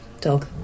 dog